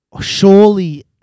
Surely